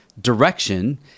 direction